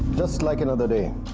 just like another day.